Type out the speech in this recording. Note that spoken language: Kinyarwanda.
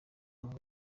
ngo